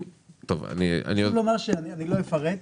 אני לא אפרט,